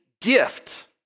gift